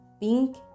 pink